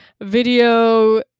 video